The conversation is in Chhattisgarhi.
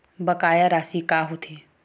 बकाया राशि का होथे?